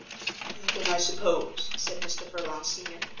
then, i suppose, said mr. furlong senior,